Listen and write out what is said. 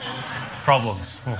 problems